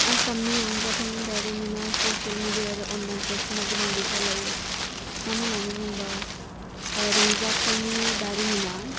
आसामनि रंजाथाइनि दारिमिनाव ससियेल मेडिया आरो अनलाइन प्लेटफर्मआ गोबां बिफाव लायो मानो होननानै बुंबा रंजाथाइनि दारिमिना